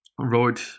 wrote